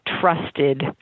trusted